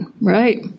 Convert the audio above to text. right